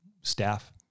staff